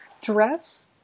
dress